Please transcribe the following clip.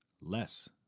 less